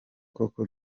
koko